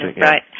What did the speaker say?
Right